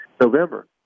November